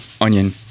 onion